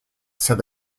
said